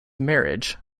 marriage